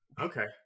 okay